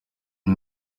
iyi